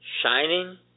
shining